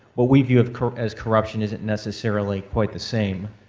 what we view as corruption isn't necessarily quite the same.